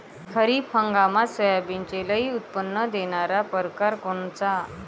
खरीप हंगामात सोयाबीनचे लई उत्पन्न देणारा परकार कोनचा?